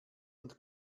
und